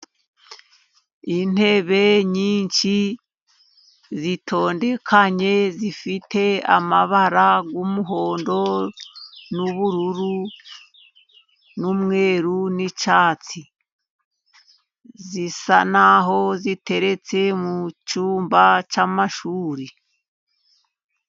Intebe nyinshi zitondekanye zifite amabara y'umuhondo , ubururu , umweru, n'icyatsi zisa n'aho ziteretse mu cyumba cy'amashuri.